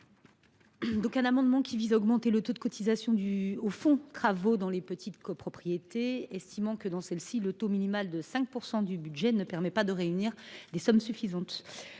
de l’amendement souhaitent augmenter le taux de cotisation du fonds de travaux dans les petites copropriétés, estimant que, dans celles ci, le taux minimal de 5 % du budget ne permet pas de réunir des sommes suffisantes.